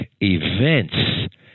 events